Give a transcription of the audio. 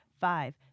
five